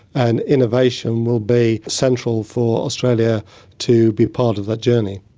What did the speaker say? and innovation will be central for australia to be part of that journey.